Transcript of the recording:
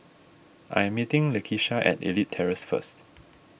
I am meeting Lakeisha at Elite Terrace first